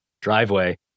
driveway